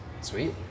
Sweet